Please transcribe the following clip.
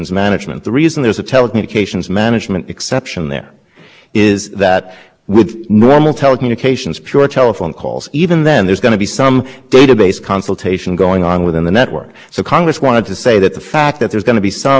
telephone calls even then there's going to be some database consultation going on within the network so congress wanted to say that the fact that there's going to be some access to stored information within the network associated with a normal telephone call doesn't make that telephone call an information